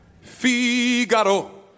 Figaro